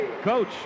Coach